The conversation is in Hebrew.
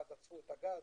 ואז עצרו את הגז.